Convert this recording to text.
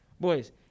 Boys